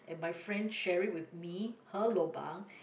and my friend share it with me her lobang